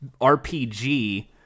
rpg